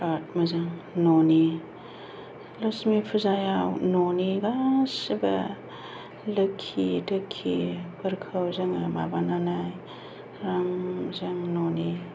बिराद मोजां न'नि लक्ष्मि फुजायाव न'नि गासैबो लोखि दोखिफोरखौ जोङो माबानानै आराम जों न'नि